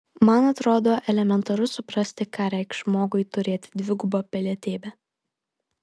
man atrodo elementaru suprasti ką reikš žmogui turėti dvigubą pilietybę